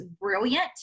brilliant